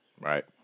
Right